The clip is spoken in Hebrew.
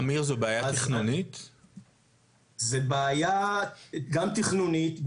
אמיר, זו בעיה תכנונית?